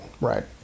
Right